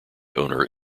owner